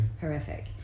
horrific